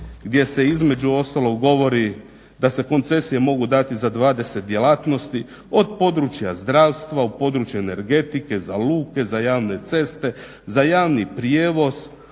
gdje se između ostalog govori da se koncesije mogu dati za 20 djelatnosti, od područja zdravstva, područja energetike, za luke, za javne ceste, za javni prijevoz,